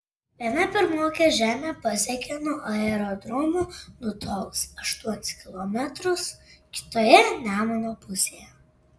viena pirmokė žemę pasiekė nuo aerodromo nutolusi aštuonis kilometrus kitoje nemuno pusėje